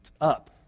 up